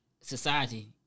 Society